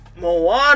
Moana